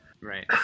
Right